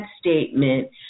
statement